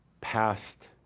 past